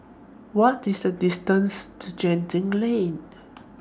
What IS The distance to Genting Lane